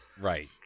Right